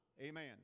Amen